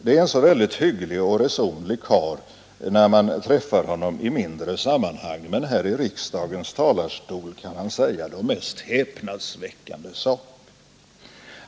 Det ären så hygglig och resonlig karl när man träffar honom i mindre sammanhang, men här i riksdagens talarstol kan han säga de mest häpnadsväckande saker.